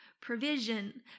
provision